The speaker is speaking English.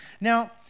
Now